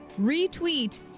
Retweet